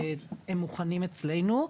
והם מוכנים אצלנו.